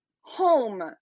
home